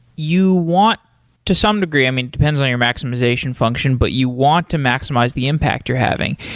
you want to some degree, i mean it depends on your maximization function, but you want to maximize the impact you're having.